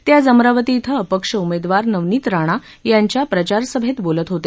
ते आज अमरावती इथं अपक्ष उमेदवार नवनीत राणा यांच्या प्रचारसभेत बोलत होते